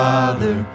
Father